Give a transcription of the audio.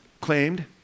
claimed